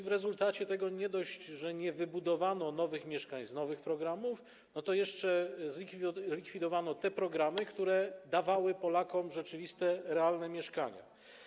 W rezultacie nie dość, że nie wybudowano nowych mieszkań z nowych programów, to jeszcze zlikwidowano te programy, które dawały Polakom rzeczywiste, realne mieszkania.